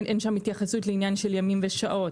אין שם התייחסות לעניין של ימים ושעות,